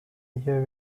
hier